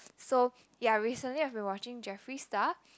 so ya recently I've been watching Jeffree Star